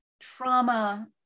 trauma